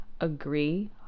agree